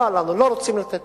בא לנו, לא רוצים לתת